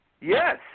Yes